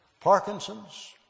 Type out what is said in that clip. Parkinson's